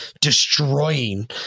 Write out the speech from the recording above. destroying